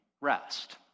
rest